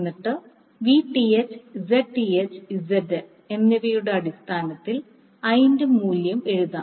എന്നിട്ട് Vth Zth ZL എന്നിവയുടെ അടിസ്ഥാനത്തിൽ I ന്റെ മൂല്യം എഴുതാം